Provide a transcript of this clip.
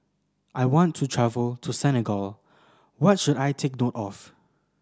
I want to travel to Senegal what should I take note of